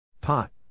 Pot